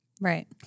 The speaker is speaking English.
Right